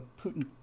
putin